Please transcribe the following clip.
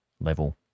level